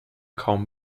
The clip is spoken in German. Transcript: kaum